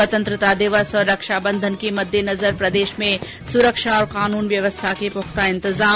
स्वतंत्रता दिवस और रक्षा बंधन के मददेनजर प्रदेश में सुरक्षा और कानून व्यवस्था के पुख्ता इंतजाम